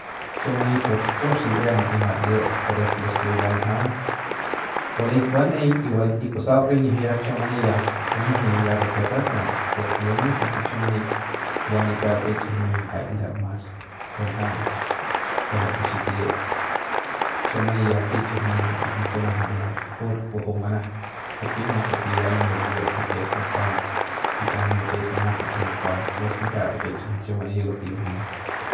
Chiu mani pus pur xil'ie maey madiut pores los ke burua njaung balik banꞌeiñ y ba y kusaut rinyiji ya chiu mani ya bumjei ya raket ratut por lo mismo ke chiu mani ya nipeuk kichꞌijiñ nip mbanjai jai ndeu mas ndunjaung kiajai re xikit chiu mani ya kichꞌijiñ nip likiajam kunaja mut pur buju manajap ¿por kinjiu? Porke ya nip ludiut lo ke es ngujuaung likiajam lo ke es manajap de ngujuaung kupu stinjia re kichꞌijiñ chiu mani lo ke limi.